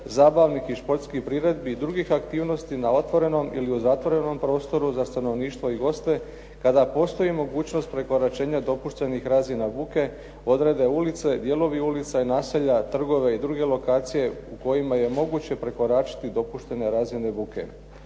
zabavnih i športskih priredbi i drugih aktivnosti na otvorenom ili u zatvorenom prostoru za stanovništvo i goste kada postoji mogućnost prekoračenje dopuštenih razina buke, … /Govornik se ne razumije./ … ulice, dijelovi ulica i naselja, trgove i druge lokacije u kojima je moguće prekoračiti dopuštene razine buke.